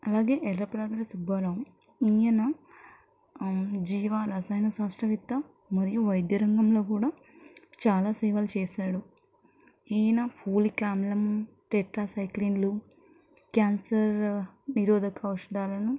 అలాగే యల్లాప్రగడ సుబ్బారావు ఈయన జీవ రసాయన శాస్త్రవేత్త మరియు వైద్యరంగంలో కూడ చాలా సేవలు చేశాడు ఈయన ఫోలిక్ ఆమ్లం టెట్రా సైక్లిన్లు క్యాన్సర్ నిరోధక ఔషధాలను